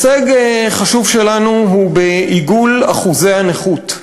הישג חשוב שלנו הוא בעיגול אחוזי הנכות,